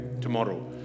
tomorrow